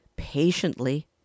patiently